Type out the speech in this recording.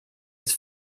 its